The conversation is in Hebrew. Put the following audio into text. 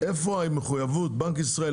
בנק ישראל,